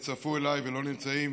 הצטרפו אליי ולא נמצאים